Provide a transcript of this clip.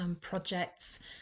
projects